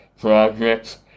projects